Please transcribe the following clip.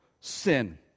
sin